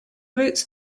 routes